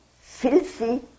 filthy